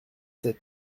sept